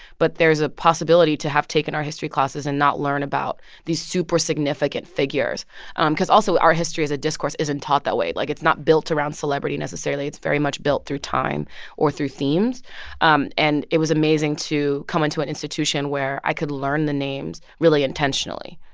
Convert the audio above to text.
but there's a possibility to have taken art history classes and not learn about these super significant figures um because, also, art history as a discourse isn't taught that way. like, it's not built around celebrity necessarily. it's very much built through time or through themes um and it was amazing to come into an institution where i could learn the names really intentionally.